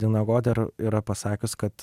dina goder yra pasakius kad